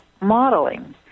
modeling